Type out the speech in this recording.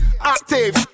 Active